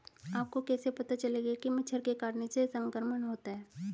आपको कैसे पता चलेगा कि मच्छर के काटने से संक्रमण होता है?